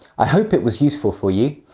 i hope it was useful for you.